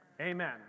Amen